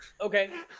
Okay